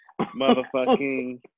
motherfucking